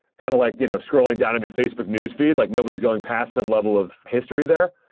kind of like you know scrolling down on your facebook newsfeed. like nobody's going past some level of history there.